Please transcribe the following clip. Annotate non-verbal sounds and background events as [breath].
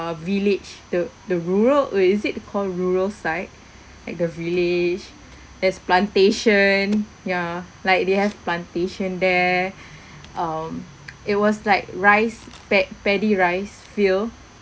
village the the rural uh is it call rural site like the village there's plantation ya like they have plantation there [breath] um it was like rice pa~ paddy rice field